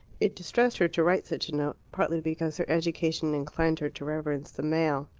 it distressed her to write such a note, partly because her education inclined her to reverence the male,